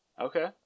Okay